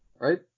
Right